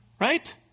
right